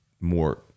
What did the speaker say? more